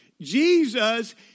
Jesus